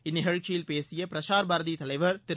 இந்நிகழ்ச்சியில் பேசிய பிரசார் பாரதி தலைவர் திரு